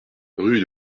rue